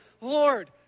Lord